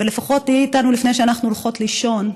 ולפחות תהיי איתנו לפני שאנחנו הולכות לישון.